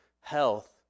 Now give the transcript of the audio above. health